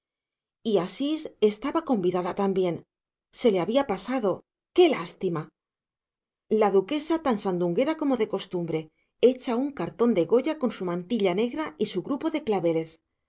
y asís estaba convidada también se le había pasado qué lástima la duquesa tan sandunguera como de costumbre hecha un cartón de goya con su mantilla negra y su grupo de claveles